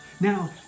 Now